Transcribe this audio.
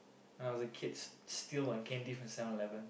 I was a kids steal one candy from Seven-Eleven